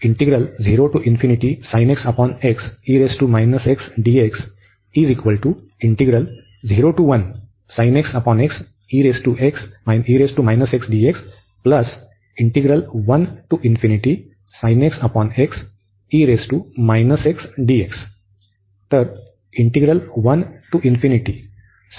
हे कॉन्व्हर्जन्ट आहे आणि प्रॉपर इंटिग्रल आहे